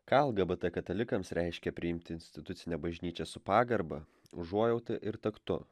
ką lgbt katalikams reiškia priimti institucinę bažnyčią su pagarba užuojauta ir taktu